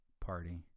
party